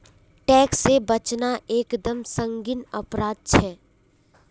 tax से बचना एक दम संगीन अपराध छे